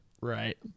right